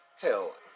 hell